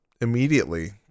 immediately